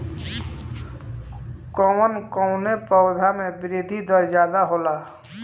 कवन कवने पौधा में वृद्धि दर ज्यादा होला?